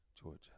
Georgia